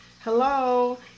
Hello